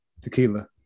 Tequila